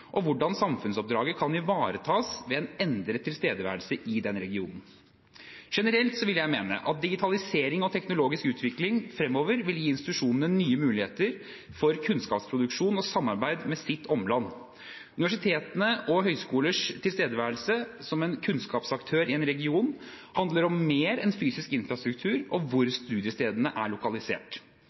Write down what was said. og hvordan samfunnsoppdraget kan ivaretas ved en endret tilstedeværelse i regionen. Generelt vil jeg mene at digitalisering og teknologisk utvikling fremover vil gi institusjonene nye muligheter for kunnskapsproduksjon og samarbeid med sitt omland. Universiteters og høyskolers tilstedeværelse som kunnskapsaktør i en region handler om mer enn fysisk infrastruktur og hvor studiestedene er lokalisert.